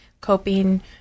coping